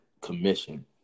commission